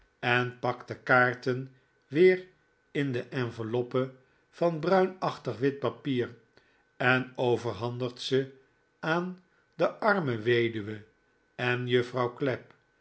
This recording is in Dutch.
de kaarten weer in de enveloppe van bruinachtig wit papier en overhandigt ze aan de arme weduwe en juffrouw clapp